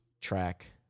track